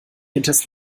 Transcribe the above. hinters